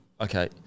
okay